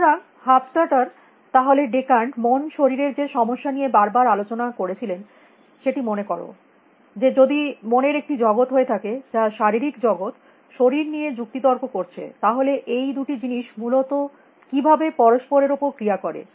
সুতরাং হাফস্ট্যাটার তাহলে ডেকান্ট মন শরীরের যে সমস্যা নিয়ে বারবার আলোচনা করছিলেন সেটি মনে কর যে যদি মনের একটি জগৎ হয়ে থাকে যা শারীরিক জগত শরীর নিয়ে যুক্তি তর্ক করছে তাহলে এই দুটি জিনিস মূলত কিভাবে পরস্পরের উপর ক্রিয়া করে